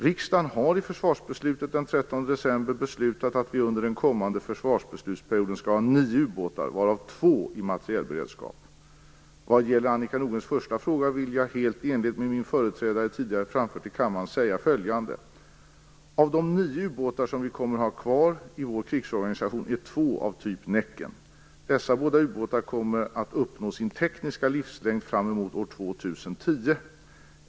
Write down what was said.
Riksdagen har i försvarsbeslutet den 13 december 1996 beslutat att vi under den kommande försvarsbeslutsperioden skall ha 9 ubåtar, varav 2 i materielberedskap. Vad gäller Annika Nordgrens första fråga vill jag, helt i enlighet med vad min företrädare tidigare framfört i kammaren, säga följande. Av de 9 ubåtar som vi kommer att ha kvar i vår krigsorganisation är 2 av typ Näcken. Dessa båda ubåtar kommer att uppnå sin tekniska livslängd framemot år 2010.